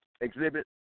Exhibit